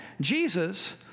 Jesus